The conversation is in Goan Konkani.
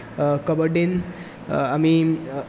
कबड्डींत आमी